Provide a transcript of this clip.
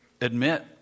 admit